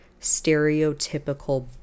stereotypical